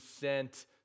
sent